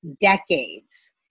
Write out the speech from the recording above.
decades